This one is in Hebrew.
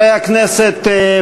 חברי הכנסת,